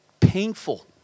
painful